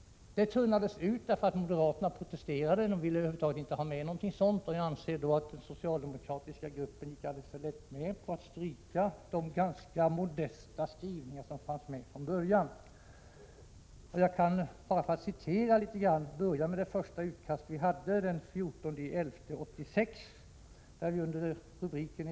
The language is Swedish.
Dessa tonades ut därför att moderaterna protesterade. De ville över huvud taget inte ha med någonting sådant. Jag anser att den socialdemokratiska gruppen alldeles för lätt gick med på att stryka de modesta skrivningarna. För att illustrera detta kan jag börja med att citera det första utkastet, från den 14 november 1986.